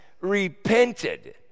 repented